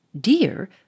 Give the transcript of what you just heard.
Dear